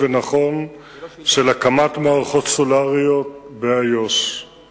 ביום א' בכסלו התש"ע (18 בנובמבר 2009):